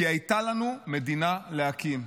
כי הייתה לנו מדינה להקים.